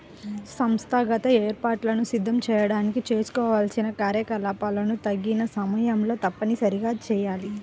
సంస్థాగత ఏర్పాట్లను సిద్ధం చేయడానికి చేసుకోవాల్సిన కార్యకలాపాలను తగిన సమయంలో తప్పనిసరిగా చేయాలి